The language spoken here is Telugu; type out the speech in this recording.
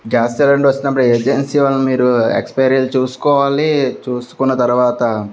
గ్యాస్ సిలిండర్ వచ్చినప్పుడు ఏజెన్సీ వాళ్ళు మీరు ఎక్స్పైరీలు చూసుకోవాలి చూసుకున్న తర్వాత